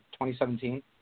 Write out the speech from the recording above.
2017